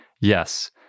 Yes